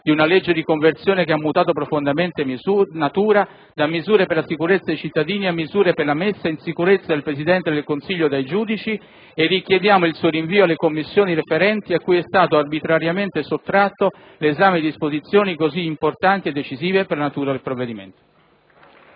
di una legge di conversione che ha mutato profondamente natura, da misure per la sicurezza dei cittadini a misure per la messa in sicurezza del Presidente del Consiglio dai giudici, e richiediamo il suo rinvio alle Commissioni referenti a cui è stato arbitrariamente sottratto l'esame di disposizioni così importanti e decisive per la natura del provvedimento.